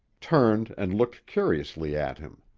turned and looked curiously at him.